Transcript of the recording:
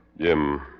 Jim